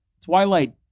Twilight